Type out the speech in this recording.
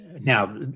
now